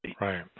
Right